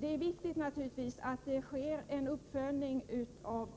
Det är naturligtvis viktigt med en uppföljning av